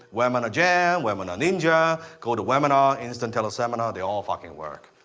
webinar jam, webinar ninja, go to webinar, instant teleseminar. they all fucking work.